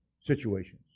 situations